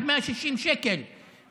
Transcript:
זה מגיע עד 160 שקל בצפון,